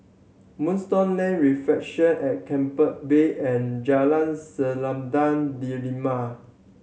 Moonstone Lane Reflection at Keppel Bay and Jalan Selendang Delima